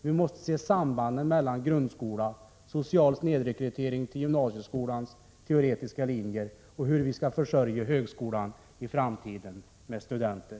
Vi måste se sambanden mellan grundskola, social snedrekrytering till gymnasieskolans teoretiska linjer och principerna för hur vi skall försörja högskolan i framtiden med studenter.